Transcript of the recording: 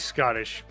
Scottish